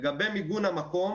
לגבי מיגון המקום